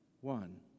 one